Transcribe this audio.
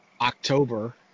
october